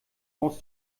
aus